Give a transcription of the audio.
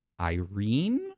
Irene